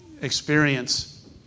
experience